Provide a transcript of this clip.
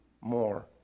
more